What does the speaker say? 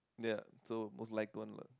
ya so most liked one lah